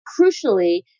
crucially